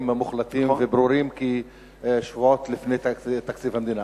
מוחלטים וברורים שבועות לפני תקציב המדינה,